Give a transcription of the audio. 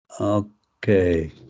Okay